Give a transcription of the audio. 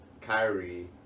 Kyrie